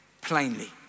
plainly